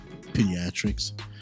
Pediatrics